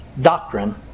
doctrine